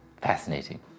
Fascinating